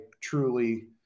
truly